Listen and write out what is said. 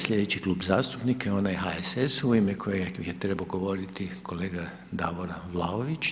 Sljedeći klub zastupnika je onak HSS-a u ime kojeg je trebao govoriti kolega Davor Vlaović.